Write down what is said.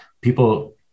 People